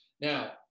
Now